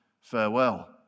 Farewell